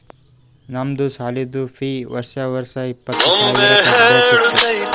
ನಮ್ದು ಸಾಲಿದು ಫೀ ವರ್ಷಾ ವರ್ಷಾ ಇಪ್ಪತ್ತ ಸಾವಿರ್ ಕಟ್ಬೇಕ ಇತ್ತು